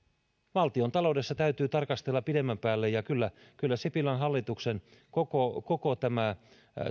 valtiontaloudessa täytyy tarkastella pidemmän päälle ja kyllä kyllä sipilän hallituksen koko koko